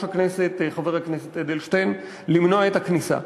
הכנסת חבר הכנסת אדלשטיין למנוע את הכניסה.